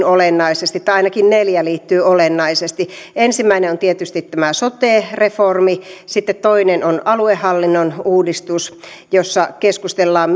olennaisesti tai ainakin neljä liittyy olennaisesti ensimmäinen on tietysti tämä sote reformi sitten toinen on aluehallinnon uudistus jossa keskustellaan